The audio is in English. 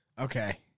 Okay